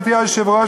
גברתי היושבת-ראש,